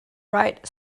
right